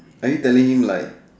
are you telling him like